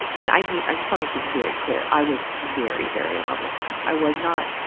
and i mean i just wanna make this very clear, i was very, very in love with him. i was not,